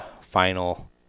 final